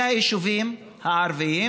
זה היישובים הערביים,